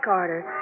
Carter